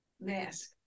mask